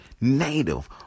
native